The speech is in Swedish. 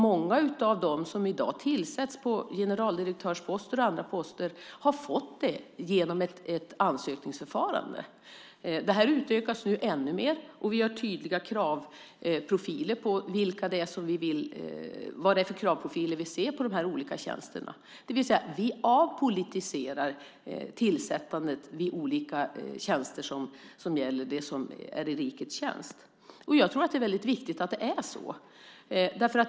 Många av dem som i dag tillsätts som generaldirektörer och på andra poster har fått jobbet genom ett ansökningsförfarande. Det här utökas nu ännu mer. Vi gör tydliga kravprofiler för de här olika tjänsterna. Vi avpolitiserar tillsättandet av olika poster i rikets tjänst. Jag tror att det är väldigt viktigt att det är så.